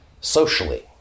socially